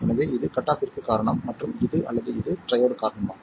எனவே இது கட் ஆஃப்ற்குக் காரணம் மற்றும் இது அல்லது இது ட்ரையோட் காரணமாகும்